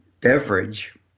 beverage